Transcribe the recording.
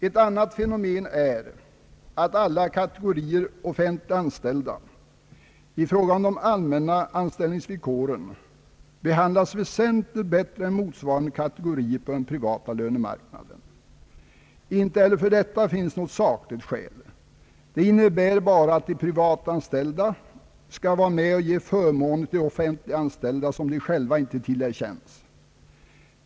Ett annat fenomen är att alla kategorier offentligt anställda i fråga om de allmänna anställningsvillkoren behandlas avsevärt bättre än motsvarande kategorier på den privata lönemarknaden. Inte heller för detta finns något sakligt skäl. Det innebär bara att de privatanställda skall vara med och ge förmåner åt de offentligt anställda som de inte själva får del av.